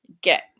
get